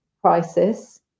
crisis